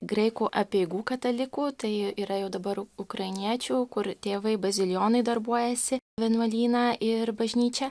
graikų apeigų katalikų tai yra jau dabar ukrainiečių kur tėvai bazilijonai darbuojasi vienuolyną ir bažnyčią